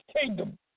kingdom